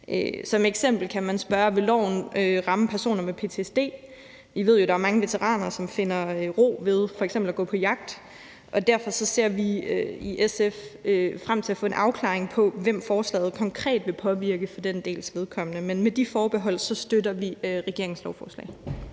Som et eksempel kan man spørge, om loven vil ramme personer med ptsd. Vi ved jo, at der er mange veteraner, der f.eks. finder ro ved at gå på jagt, og derfor ser vi i SF frem til at få en afklaring på, hvem forslaget konkret vil påvirke for den dels vedkommende. Med de forbehold støtter vi regeringens lovforslag.